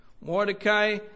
Mordecai